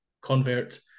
convert